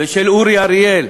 ושל אורי אריאל,